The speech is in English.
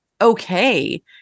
okay